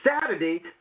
Saturday